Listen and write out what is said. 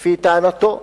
לפי טענתו,